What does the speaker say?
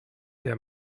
der